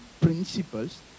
principles